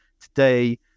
today